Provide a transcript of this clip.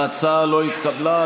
ההצעה לא התקבלה.